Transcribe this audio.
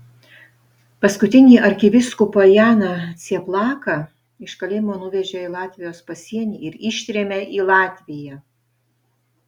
paskutinį arkivyskupą janą cieplaką iš kalėjimo nuvežė į latvijos pasienį ir ištrėmė į latviją